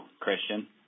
Christian